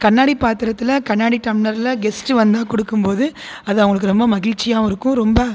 கண்ணாடி பாத்திரத்தில் கண்ணாடி டம்ளரில் கெஸ்ட் வந்தால் கொடுக்கும் போது அது அவங்களுக்கு ரொம்ப மகிழ்ச்சியாவும் இருக்கும் ரொம்ப